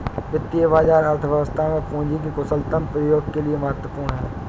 वित्तीय बाजार अर्थव्यवस्था में पूंजी के कुशलतम प्रयोग के लिए महत्वपूर्ण है